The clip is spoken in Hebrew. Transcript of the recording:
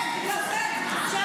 עכשיו, עכשיו,